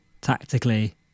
tactically